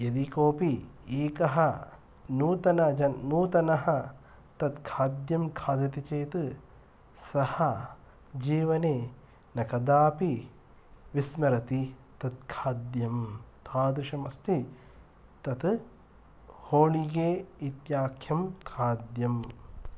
यदि कोऽपि एकः नूतनजन् नूतनः तत् खाद्यं खादति चेत् सः जीवने न कदापि विस्मरति तत् खाद्यं तादृशम् अस्ति तत होळिगे इत्याख्यं खाद्यम्